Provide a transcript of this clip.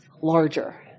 larger